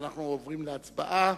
אנחנו עוברים להצבעה.